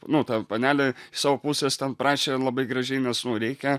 nu ta panelė iš savo pusės ten prašė labai gražiai nes reikia